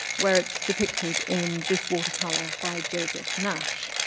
where it's depicted in this water color by joseph nash.